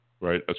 Right